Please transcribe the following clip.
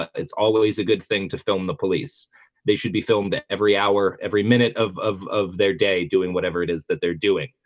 it's always a good thing to film the police they should be filmed every hour every minute of of of their day doing whatever it is that they're doing